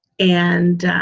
and